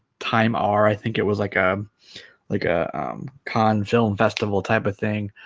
time our i think it was like a like a con film festival type of thing